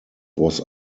was